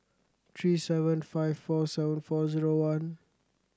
three seven five four seven four zero one